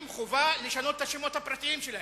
חובה לשנות את השמות הפרטיים שלהם.